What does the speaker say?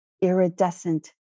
iridescent